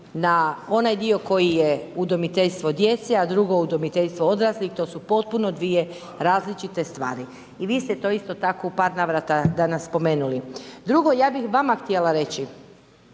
na onaj dio koji je udomiteljstvo djece, a drugo udomiteljstvo odraslih, to su potpuno dvije različite stvari. I vi ste to isto tako u par navrata danas spomenuli. Drugo, ja bih vama htjela reći,